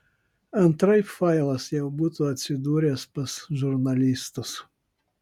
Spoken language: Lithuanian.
antraip failas jau būtų atsidūręs pas žurnalistus